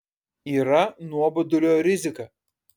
yra nuobodulio rizika